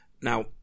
Now